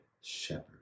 shepherd